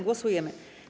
Głosujemy.